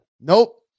nope